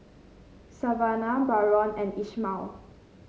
Savannah Barron and Ishmael